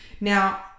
Now